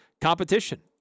competition